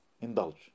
indulge